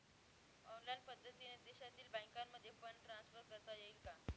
Online पद्धतीने देशातील बँकांमध्ये फंड ट्रान्सफर करता येईल का?